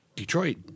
Detroit